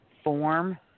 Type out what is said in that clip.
form